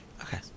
Okay